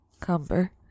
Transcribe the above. Cumber